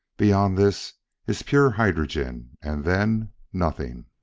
beyond this is pure hydrogen. and then, nothing.